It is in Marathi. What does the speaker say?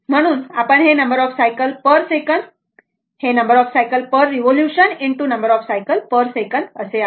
तर म्हणून आपण हे number of cycle per second हे number of cycle per revolution ✖ number of revolution per second आहे असे म्हणतो